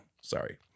sorry